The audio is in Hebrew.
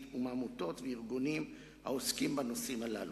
ומעמותות וארגונים העוסקים בנושאים הללו.